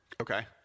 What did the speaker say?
Okay